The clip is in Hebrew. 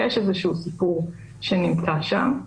יש איזשהו סיפור שנמצא שם,